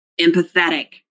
empathetic